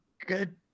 Good